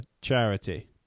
charity